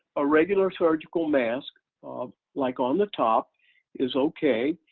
a regular surgical mask um like on the top is okay,